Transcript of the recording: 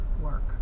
work